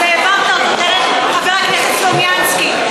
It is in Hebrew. אז העברת אותו דרך חבר הכנסת סלומינסקי,